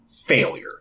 failure